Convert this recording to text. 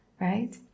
right